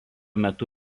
metu